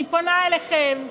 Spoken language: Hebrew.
אני פונה אליכם: